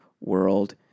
World